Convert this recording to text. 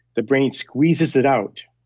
the brain squeezes it out.